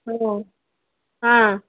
ହଁ ହଁ